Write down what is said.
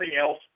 else